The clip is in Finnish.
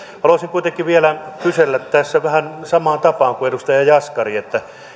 haluaisin kuitenkin vielä kysellä tässä vähän samaan tapaan kuin edustaja jaskari